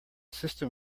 system